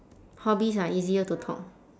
hobbies ah easier to talk